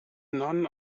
none